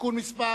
(תיקון מס'